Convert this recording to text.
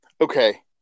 okay